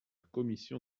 commission